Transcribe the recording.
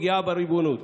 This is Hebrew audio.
פגיעה בריבונות?